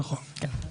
נכון.